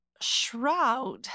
shroud